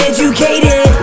Educated